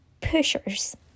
pushers